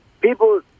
people